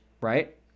right